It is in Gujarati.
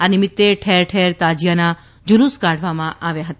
આ નિમિત્તે ઠેરઠેર તાજિયાનાં જુલુસ કાઢવામાં આવ્યા હતા